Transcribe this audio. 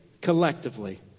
collectively